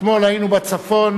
אתמול היינו בצפון.